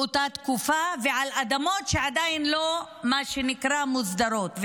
באותה תקופה, ועל אדמות שעדיין לא היו מוסדרות.